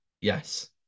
Yes